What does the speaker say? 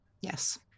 Yes